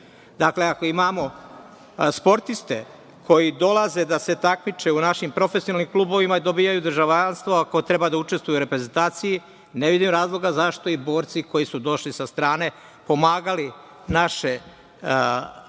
Srbije. Dakle, ako imamo sportiste, koji dolaze da se takmiče u našim profesionalnim klubovima i dobijaju državljanstvo, ako treba da učestvuju u reprezentaciji, ne vidim razloga zašto i borci koji su došli sa strane, pomagali naše